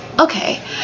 Okay